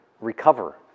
recover